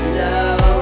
love